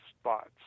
spots